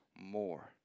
more